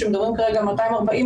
כשמדברים כרגע על 240,